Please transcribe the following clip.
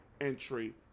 entry